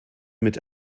mit